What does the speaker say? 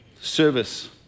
service